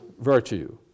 virtue